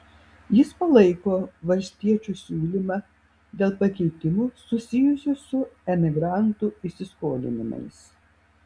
jis palaiko valstiečių siūlymą dėl pakeitimų susijusių su emigrantų įsiskolinimais